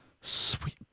Sweet